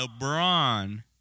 LeBron